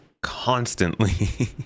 constantly